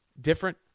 different